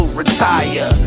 retire